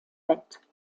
bett